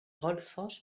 golfos